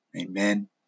amen